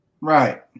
Right